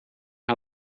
how